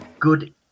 good